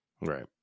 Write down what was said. Right